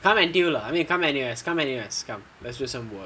come N_T_U lah I mean come N_U_S come N_U_S come let's do some work